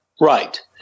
Right